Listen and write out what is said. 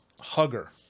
hugger